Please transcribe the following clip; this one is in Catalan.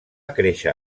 créixer